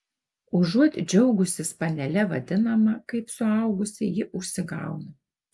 užuot džiaugusis panele vadinama kaip suaugusi ji užsigauna